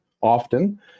often